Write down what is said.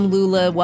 Lula